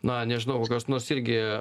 na nežinau kas nors irgi